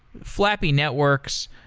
flappy networks.